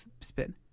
spin